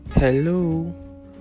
Hello